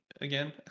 again